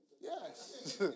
Yes